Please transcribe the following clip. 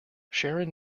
sharon